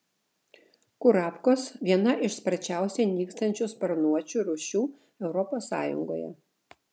kurapkos viena iš sparčiausiai nykstančių sparnuočių rūšių europos sąjungoje